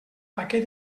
paquet